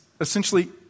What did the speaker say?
essentially